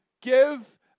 give